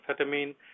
amphetamine